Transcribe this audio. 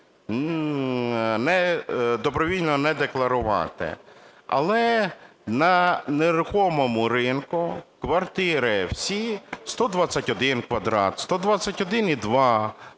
добровільно не декларувати. Але на нерухомому ринку квартири всі 121 квадрат, 121,2 по